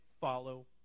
follow